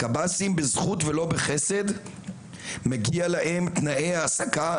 הקב"סים בזכות ולא בחסד מגיעים להם תנאי העסקה,